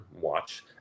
watch